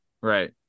right